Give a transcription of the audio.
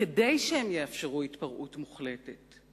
כדי שהם יאפשרו התפרעות מוחלטת,